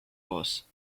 boss